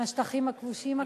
מהשטחים הכבושים.